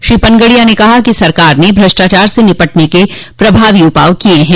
श्री पनगडिया ने कहा कि सरकार ने भ्रष्टाचार से निपटने के लिये प्रभावी उपाय किये हैं